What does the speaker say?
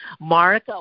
Mark